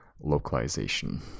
localization